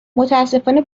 متاسفانه